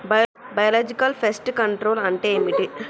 Biological pest control అంటే ఏమిటి?